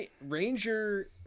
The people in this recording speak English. ranger